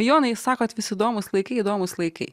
jonai sakot vis įdomūs laikai įdomūs laikai